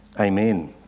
Amen